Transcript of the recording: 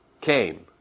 came